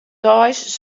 deis